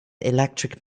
electric